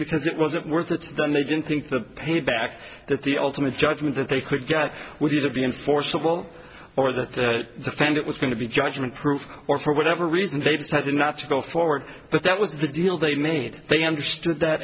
because it wasn't worth it to them they didn't think that paid back that the ultimate judgment that they could get would either be enforceable or the defendant was going to be judgment proof or for whatever reason they decided not to go forward but that was the deal they made they understood that